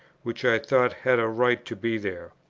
which i thought had a right to be there.